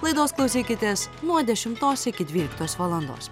laidos klausykitės nuo dešimtos iki dvyliktos valandos